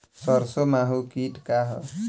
सरसो माहु किट का ह?